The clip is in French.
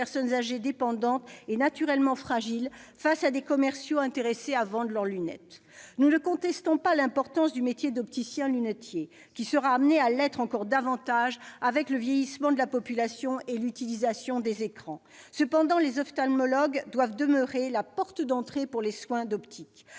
personnes âgées dépendantes et naturellement fragiles face à des commerciaux intéressés à vendre leurs lunettes ? Nous ne contestons pas l'importance du métier d'opticien-lunetier, qui se vérifiera encore davantage avec le vieillissement de la population et l'utilisation des écrans. Cependant, les ophtalmologues doivent demeurer la porte d'entrée pour les soins d'optiques.